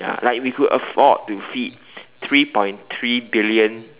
ya like we could afford to feed three point three billion